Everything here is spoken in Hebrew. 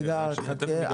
רגע, חכה.